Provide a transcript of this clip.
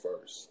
first